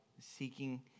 seeking